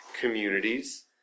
communities